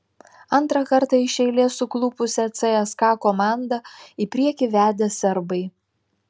antrą kartą iš eilės suklupusią cska komandą į priekį vedė serbai